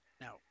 Now